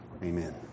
Amen